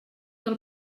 del